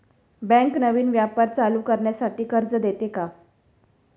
Bank नवीन व्यापार चालू करण्यासाठी कर्ज देते का?